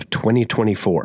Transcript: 2024